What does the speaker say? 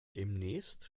demnächst